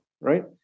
right